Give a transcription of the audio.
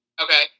Okay